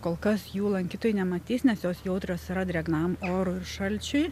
kol kas jų lankytojai nematys nes jos jautrios yra drėgnam orui ir šalčiui